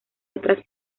otras